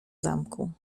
zamku